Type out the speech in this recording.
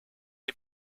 les